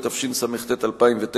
התשס"ט 2009,